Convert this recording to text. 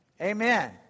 Amen